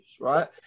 right